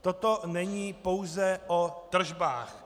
Toto není pouze o tržbách.